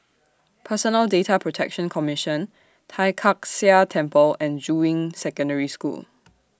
Personal Data Protection Commission Tai Kak Seah Temple and Juying Secondary School